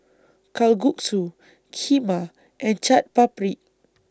Kalguksu Kheema and Chaat Papri